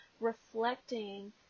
reflecting